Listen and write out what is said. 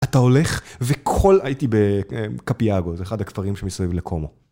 אתה הולך, וכל... הייתי בקפיאגו, זה אחד הכפרים שמסביב לקומו.